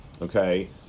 okay